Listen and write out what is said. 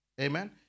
Amen